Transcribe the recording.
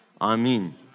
Amen